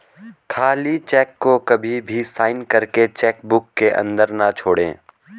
खाली चेक को कभी भी साइन करके चेक बुक के अंदर न छोड़े